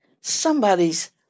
somebody's